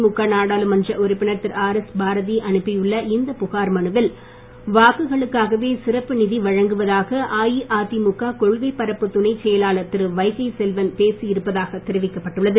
திமுக நாடாளுமன்ற உறுப்பினர் திரு ஆர்எஸ் பாரதி அனுப்பியுள்ள இந்த புகார் மனுவில் வாக்குகளுக்காகவே சிறப்பு நிதி வழங்குவதாக அஇஅதிமுக கொள்கை பரப்பு துணைச் செயலாளர் திரு வைகைச் செல்வன் பேசி இருப்பதாகத் தெரிவிக்கப்பட்டுள்ளது